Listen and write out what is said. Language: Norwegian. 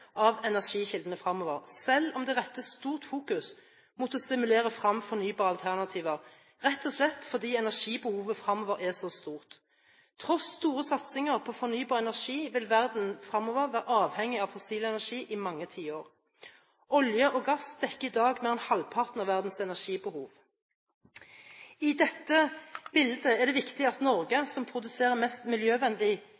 av energikildene fremover, selv om det rettes sterkt fokus mot å stimulere frem fornybare alternativer – rett og slett fordi energibehovet fremover er så stort. Tross store satsinger på fornybar energi vil verden være avhengig av fossil energi i mange tiår fremover. Olje og gass dekker i dag mer enn halvparten av verdens energibehov. I dette bildet er det viktig at Norge,